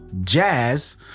jazz